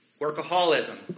Workaholism